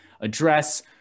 address